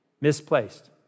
misplaced